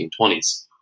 1920s